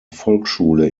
volksschule